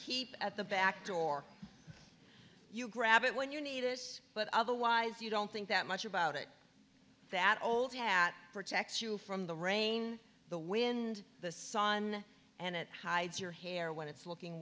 keep at the back door you grab it when you need it but otherwise you don't think that much about it that old hat protect you from the rain the wind the sun and it hides your hair when it's looking